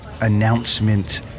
announcement